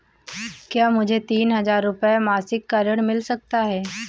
क्या मुझे तीन हज़ार रूपये मासिक का ऋण मिल सकता है?